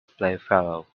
playfellow